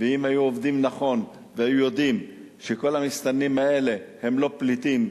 אם היו עובדים נכון והיו יודעים שכל המסתננים האלה הם לא פליטים,